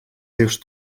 seus